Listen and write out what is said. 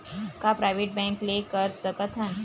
का private bank ले कर सकत हन?